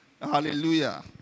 hallelujah